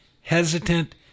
hesitant